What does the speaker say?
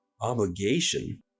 Obligation